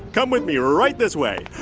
come with me right this way.